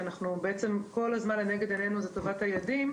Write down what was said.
כשכל הזמן לנגד עינינו טובת הילדים,